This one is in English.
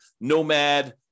Nomad